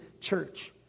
church